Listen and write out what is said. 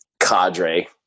cadre